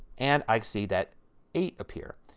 and i see that eight appears.